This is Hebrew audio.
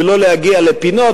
ולא להגיע לפינות.